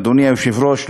אדוני היושב-ראש,